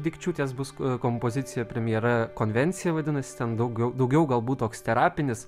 dikčiūtės bus ko kompozicija premjera konvencija vadinasi ten daugiau daugiau galbūt toks terapinis